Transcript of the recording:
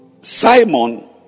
Simon